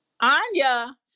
anya